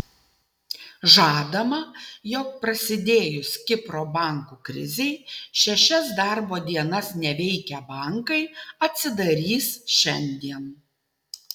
žadama jog prasidėjus kipro bankų krizei šešias darbo dienas neveikę bankai atsidarys šiandien